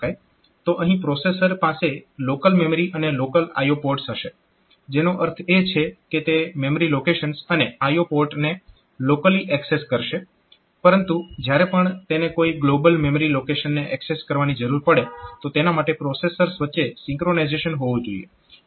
તો અહીં પ્રોસેસર પાસે લોકલ મેમરી અને લોકલ IO પોર્ટ્સ હશે જેનો અર્થ એ છે કે તે મેમરી લોકેશન્સ અને IO પોર્ટને લોકલી એક્સેસ કરશે પરંતુ જ્યારે પણ તેને કોઈ ગ્લોબલ મેમરી લોકેશન ને એક્સેસ કરવાની જરૂર પડે તો તેના માટે પ્રોસેસર્સ વચ્ચે સિન્ક્રોનાઇઝેશન હોવું જોઈએ